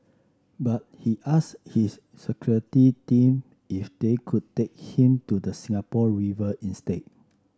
but he asked his security team if they could take him to the Singapore River instead